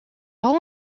hole